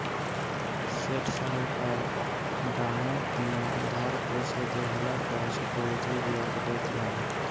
सेठ साहूकार गांव में उधार पईसा देहला पअ चक्रवृद्धि बियाज लेत बाने